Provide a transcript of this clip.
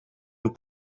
een